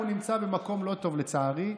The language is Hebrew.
הוא נמצא במקום לא טוב, לצערי.